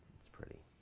that's pretty.